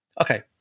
okay